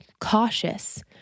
cautious